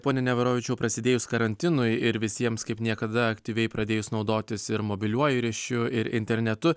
pone neverovičiau prasidėjus karantinui ir visiems kaip niekada aktyviai pradėjus naudotis ir mobiliuoju ryšiu ir internetu